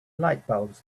lightbulbs